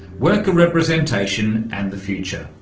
worker representation and the future.